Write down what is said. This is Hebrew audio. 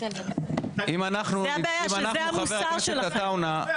זו הבעיה, שזה המוסר שלכם.